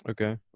okay